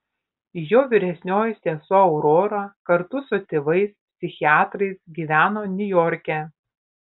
jo vyresnioji sesuo aurora kartu su tėvais psichiatrais gyveno niujorke